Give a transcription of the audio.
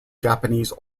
japanese